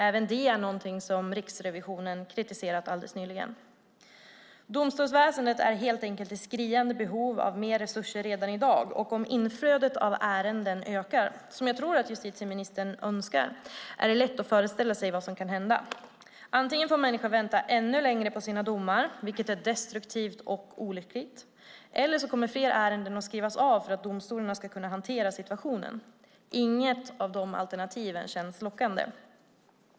Även det är någonting som Riksrevisionen kritiserat alldeles nyligen. Domstolsväsendet är helt enkelt i skriande behov av mer resurser redan i dag. Och om inflödet av ärenden ökar, som jag tror att justitieministern önskar, är det lätt att föreställa sig vad som kan hända. Antingen får människor vänta ännu längre på sina domar, vilket är destruktivt och olyckligt, eller så kommer fler ärenden att skrivas av för att domstolarna ska kunna hantera situationen. Inget av de alternativen känns lockande.